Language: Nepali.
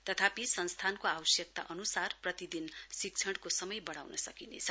तथापि संस्थानको आवश्यकता अन्सार प्रतिदिन शिक्षणको समय बढाउन सकिनेछ